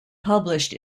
published